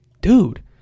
dude